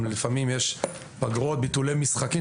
לפעמים יש פגרות, ביטולי משחקים.